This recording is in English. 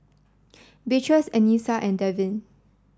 Beatrice Anissa and Devin